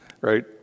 Right